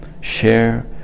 share